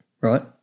right